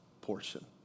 portion